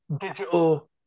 digital